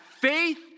faith